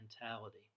mentality